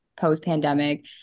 post-pandemic